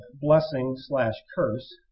blessing-slash-curse